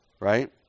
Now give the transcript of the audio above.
right